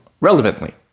relevantly